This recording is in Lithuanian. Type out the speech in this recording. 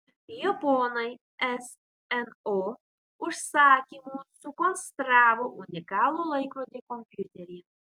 japonai sno užsakymu sukonstravo unikalų laikrodį kompiuterį